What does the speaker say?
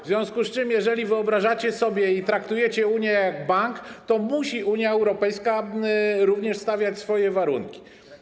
W związku z tym, jeżeli wyobrażacie sobie i traktujecie Unię jak bank, to Unia Europejska również musi stawiać swoje warunki.